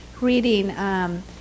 reading